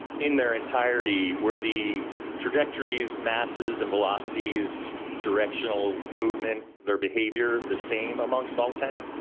in their entirety, were the trajectories, masses, and velocities, directional movement, their behavior, the same amongst all ten?